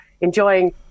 enjoying